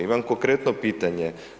Imam konkretno pitanje.